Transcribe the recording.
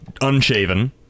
unshaven